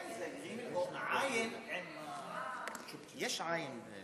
כן, זה גימ"ל, או עי"ן עם, יש עי"ן.